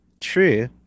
true